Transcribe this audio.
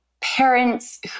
parents